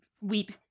Weep